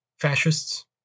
fascists